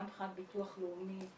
גם מבחינת ביטוח לאומי,